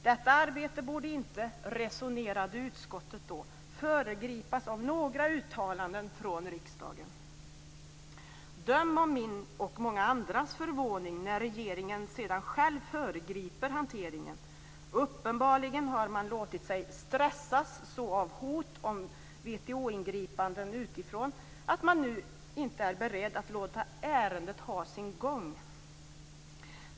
Detta arbete borde inte, resonerade utskottet då, föregripas av några uttalanden från riksdagen. Döm om min och många andras förvåning när regeringen sedan själv föregriper hanteringen! Uppenbarligen har man låtit sig stressas så av hot om WTO ingripanden utifrån att man nu inte är beredd att låta ärendet ha sin gång.